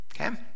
Okay